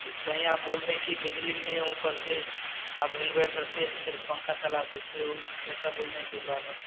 कहीं आप बोल दें की बिजली नहीं है ऊपर से आप इनवेटर से सिर्फ पंखा चला सकते हो ऐसा बोल दें कहीं बाद में